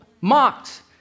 Mocked